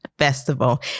Festival